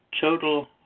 total